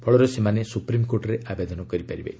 ଫଳରେ ସେମାନେ ସୁପ୍ରିମ୍କୋର୍ଟରେ ଆବେଦନ କରିପାରିବେ